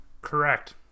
correct